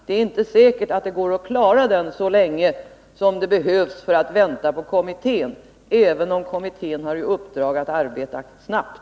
Det är inte säkert att det går att klara den saken med hänsyn till den tid som kommittén behöver för att bli färdig, även om kommittén har i uppdrag att arbeta snabbt.